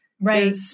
right